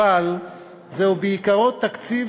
אבל זהו בעיקרו תקציב